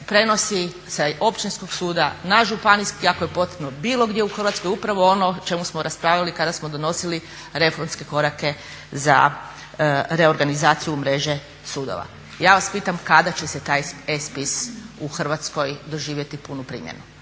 prenosi sa općinskog suda na županijski ako je potrebno bilo gdje u Hrvatskoj upravo ono o čemu smo raspravljali kada smo donosili reformske korake za reorganizaciju mreže sudova. Ja vas pitam kada će se taj e-spis u Hrvatskoj doživjeti punu primjenu?